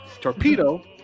Torpedo